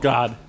God